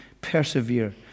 persevere